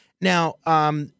now